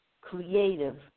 creative